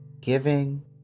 giving